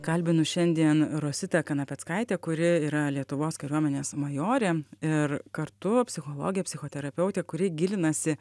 kalbinu šiandien rositą kanapeckaitę kuri yra lietuvos kariuomenės majorė ir kartu psichologė psichoterapeutė kuri gilinasi